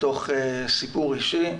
מתוך סיפור אישי,